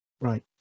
Right